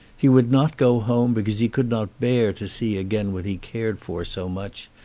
he would not go home because he could not bear to see again what he cared for so much,